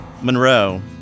Monroe